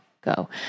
go